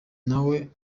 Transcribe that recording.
nawe